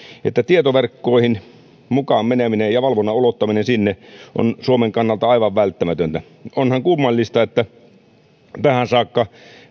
että tietoverkkoihin mukaan meneminen ja valvonnan ulottaminen sinne on suomen kannalta aivan välttämätöntä onhan kummallista että tähän saakka